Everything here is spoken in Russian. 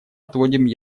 отводим